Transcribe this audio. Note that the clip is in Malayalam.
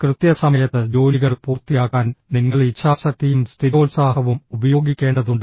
കൃത്യസമയത്ത് ജോലികൾ പൂർത്തിയാക്കാൻ നിങ്ങൾ ഇച്ഛാശക്തിയും സ്ഥിരോത്സാഹവും ഉപയോഗിക്കേണ്ടതുണ്ട്